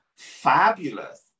fabulous